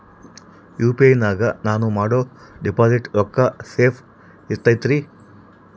UPI ನಾಗ ನಾನು ಮಾಡೋ ಡಿಪಾಸಿಟ್ ರೊಕ್ಕ ಸೇಫ್ ಇರುತೈತೇನ್ರಿ?